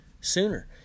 sooner